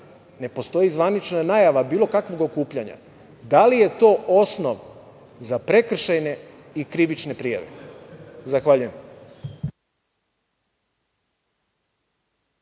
ne postoji zvanična najava bilo kakvog okupljanja, da li je to osnov za prekršajne i krivične prijave? Zahvaljujem.